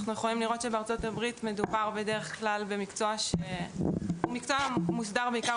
אתם יכולים לראות שבארצות הברית המקצוע מוסדר בעיקר